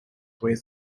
weighs